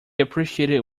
appreciated